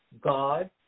God